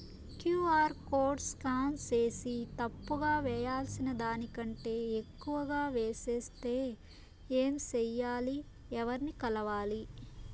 QR code scan సేసి తప్పు గా వేయాల్సిన దానికంటే ఎక్కువగా వేసెస్తే ఏమి సెయ్యాలి? ఎవర్ని కలవాలి?